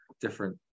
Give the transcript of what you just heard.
different